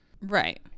Right